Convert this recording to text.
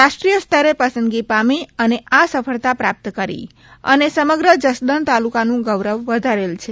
રાષ્ટ્રીય સ્તરે પસંદગી પામી અને આ સફળતા પ્રાપ્ત કરી અને સમગ્ર જસદણ તાલુકા નું ગૌરવ વધારેલ છે